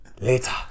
later